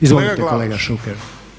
Izvolite kolega Šuker.